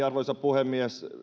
arvoisa puhemies